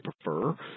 prefer